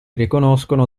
riconoscono